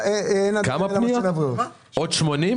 עוד 80?